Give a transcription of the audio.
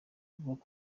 avuga